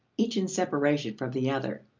each in separation from the other.